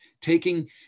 taking